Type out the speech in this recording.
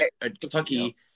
Kentucky